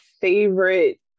favorite